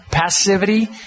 passivity